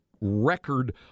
record